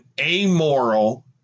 amoral